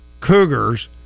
Cougars